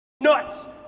nuts